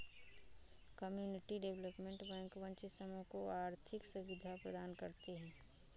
community development bank वंचित समूह को आर्थिक सुविधा प्रदान करती है